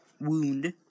wound